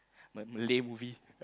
but Malay movie